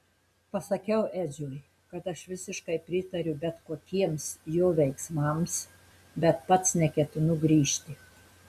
pasakiau edžiui kad aš visiškai pritariu bet kokiems jo veiksmams bet pats neketinu grįžti